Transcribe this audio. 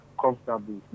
comfortably